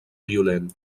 violent